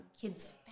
kids